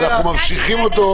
אנחנו ממשיכים אותו עכשיו?